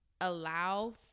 allow